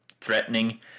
threatening